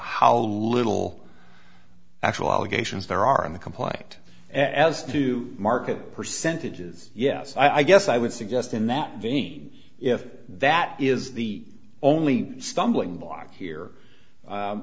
a little actual allegations there are in the complaint as to market percentages yes i guess i would suggest in that vein if that is the only stumbling block here